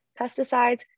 pesticides